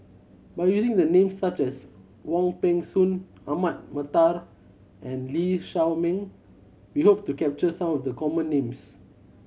by using the names such as Wong Peng Soon Ahmad Mattar and Lee Shao Meng we hope to capture some of the common names